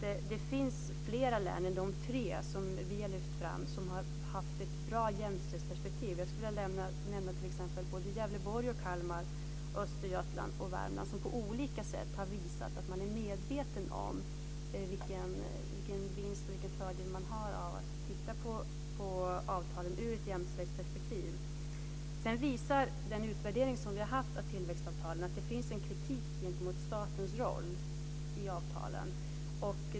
Det finns fler län än de tre som vi har lyft fram som har haft ett bra jämställdhetsperspektiv. Jag kan nämna t.ex. Gävleborg, Kalmar, Östergötland och Värmland. Där har man på olika sätt visat att man är medveten om vilken vinst man gör och vilken fördel man får av att titta på avtalen i ett jämställdhetsperspektiv. Den utvärdering som har gjorts av tillväxtavtalen visar att det finns en kritik gentemot statens roll i avtalen.